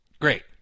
great